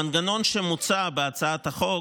המנגנון שמוצע בהצעת החוק